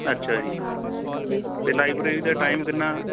ਅੱਛਾ ਜੀ ਅਤੇ ਲਾਇਬ੍ਰੇਰੀ ਦਾ ਟਾਈਮ ਕਿੰਨਾ